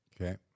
Okay